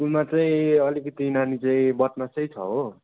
स्कुलमा चाहिँ अलिकति नानी चाहिँ बदमासै छ हो